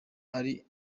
ari